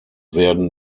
werden